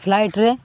ଫ୍ଲାଇଟ୍ରେ